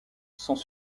sans